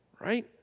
right